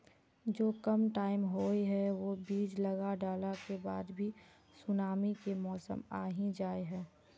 जो कम टाइम होये है वो बीज लगा डाला के बाद भी सुनामी के मौसम आ ही जाय है?